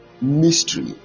mystery